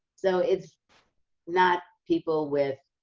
so, it's not people with,